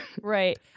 Right